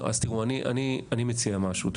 אני מציע משהו.